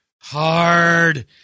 hard